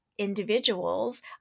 individuals